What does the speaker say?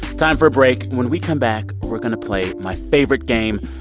time for a break. when we come back, we're going to play my favorite game,